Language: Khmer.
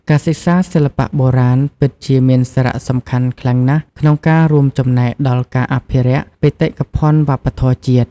ការសិក្សាសិល្បៈបុរាណពិតជាមានសារៈសំខាន់ខ្លាំងណាស់ក្នុងការ រួមចំណែកដល់ការអភិរក្ស បេតិកភណ្ឌវប្បធម៌ជាតិ។